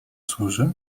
służy